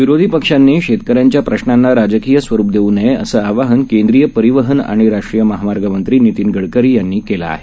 विरोधीपक्षांनीशेतकऱ्यांच्याप्रश्नांनाराजकीयस्वरूपदेऊनयेअसंआवाहनकेंद्रीयपरिवहनआणिराष्ट्रीयमहामार्ग मंत्रीनितीनगडकरीयांनीकेलंआहे